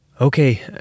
Okay